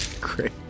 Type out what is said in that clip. Great